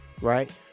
right